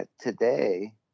today